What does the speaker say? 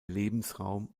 lebensraum